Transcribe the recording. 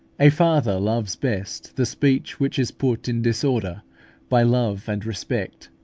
a father loves best the speech which is put in disorder by love and respect,